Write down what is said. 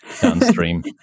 downstream